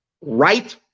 right